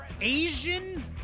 Asian